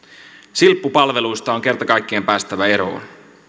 silppupalveluista on kerta kaikkiaan päästävä eroon